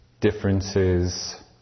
Differences